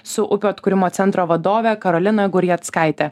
su upių atkūrimo centro vadove karolina gurjackaite